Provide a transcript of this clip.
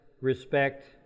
respect